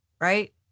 right